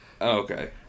Okay